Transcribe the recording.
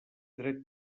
dret